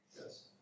yes